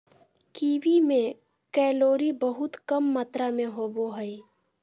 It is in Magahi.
कीवी में कैलोरी बहुत कम मात्र में होबो हइ